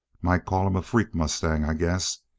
might call him a freak mustang, i guess.